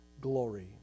glory